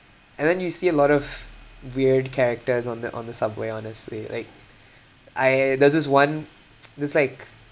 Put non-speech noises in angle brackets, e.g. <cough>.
and then you see a lot of weird characters on the on the subway honestly like I there's this [one] <noise> there's like